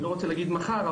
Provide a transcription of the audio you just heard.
אני לא רוצה להגיד מחר,